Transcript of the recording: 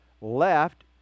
left